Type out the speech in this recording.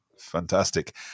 Fantastic